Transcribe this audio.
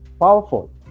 powerful